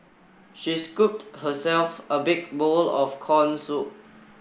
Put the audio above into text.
she scooped herself a big bowl of corn soup